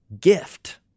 gift